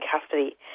custody